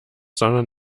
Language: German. sondern